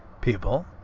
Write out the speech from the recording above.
people